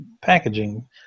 packaging